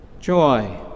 joy